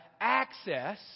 access